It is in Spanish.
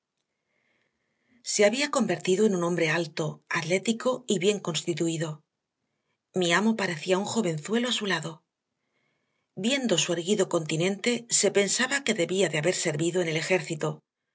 se había convertido en un hombre alto atlético y bien constituido mi amo parecía un jovenzuelo a su lado viendo su erguido continente se pensaba que debía de haber servido en el ejército